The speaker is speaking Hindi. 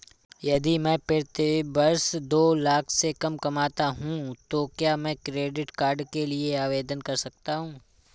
यदि मैं प्रति वर्ष दो लाख से कम कमाता हूँ तो क्या मैं क्रेडिट कार्ड के लिए आवेदन कर सकता हूँ?